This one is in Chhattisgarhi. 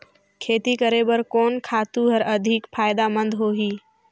खेती करे बर कोन खातु हर अधिक फायदामंद होही?